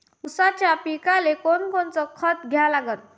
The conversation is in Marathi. ऊसाच्या पिकाले कोनकोनचं खत द्या लागन?